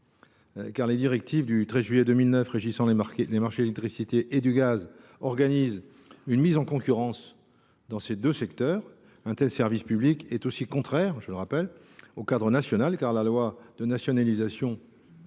: les directives du 13 juillet 2009 régissant les marchés de l’électricité et du gaz organisent une mise en concurrence dans ces deux secteurs. Un tel service public serait aussi contraire au cadre national. En effet, la loi de nationalisation du 8 avril